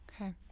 Okay